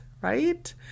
right